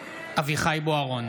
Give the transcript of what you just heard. אביחי אברהם בוארון